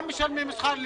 גם משלמים שכר לימוד,